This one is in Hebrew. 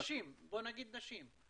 נשים, בוא נגיד נשים.